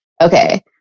Okay